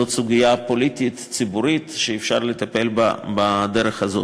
זאת סוגיה פוליטית ציבורית שאפשר לטפל בה בדרך הזאת.